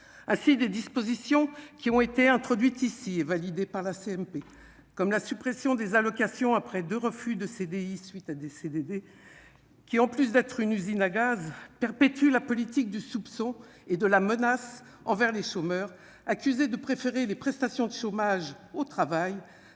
ah si des dispositions qui ont été introduites ici est validée par la CMP, comme la suppression des allocations après 2 refus de CDI suite à des CDD qui en plus d'être une usine à gaz perpétue la politique du soupçon et de la menace envers les chômeurs, accusé de préférer les prestations de chômage au travail